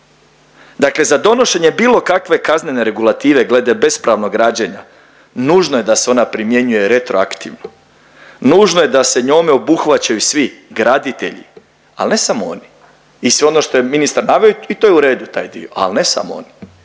Dakle, za donošenje bilo kakve kaznene regulative glede bespravnog građenja nužno je da se ona primjenjuje retroaktivno, nužno je da se njome obuhvaćaju svi graditelji ali ne samo oni. I sve ono što je ministar naveo i to je u redu taj dio, ali ne samo oni